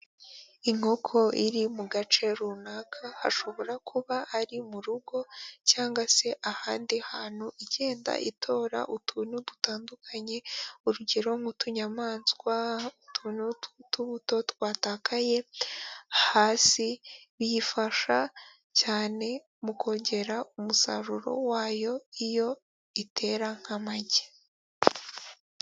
Inkoko iri mu gace runaka, hashobora kuba ari mu rugo cyangwa se ahandi hantu igenda itora utuntu dutandukanye urugero nk'utunyamaswa, utuntu tw'utubuto twatakaye hasi, biyifasha cyane mu kongera umusaruro wayo iyo itera nk'amagi.